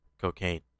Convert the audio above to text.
cocaine